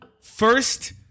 first